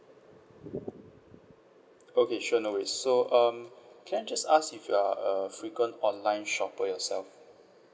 okay sure no worries so um can I just ask if you are a frequent online shopper yourself